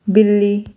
ਬਿੱਲੀ